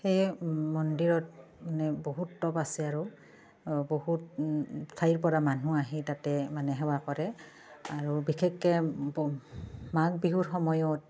সেয়ে মন্দিৰত মানে বহুত তপ আছে আৰু বহুত ঠাইৰ পৰা মানুহ আহি তাতে মানে সেৱা কৰে আৰু বিশেষকৈ ব মাঘ বিহুৰ সময়ত